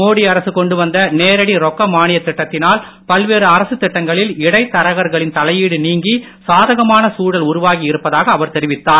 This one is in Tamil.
மோடி அரசு கொண்டுவந்த நேரடி ரொக்க மானியத் திட்டத்தினால் பல்வேறு அரசுத் திட்டங்களில் இடைத் தரகர்களின் தலையீடு நீங்கி சாதகமான சூழல் உருவாகி இருப்பதாக அவர் தெரிவித்தார்